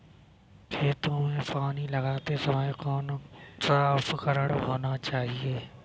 खेतों में पानी लगाते समय कौन सा उपकरण होना चाहिए?